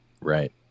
Right